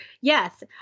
Yes